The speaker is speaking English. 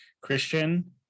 Christian